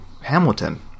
Hamilton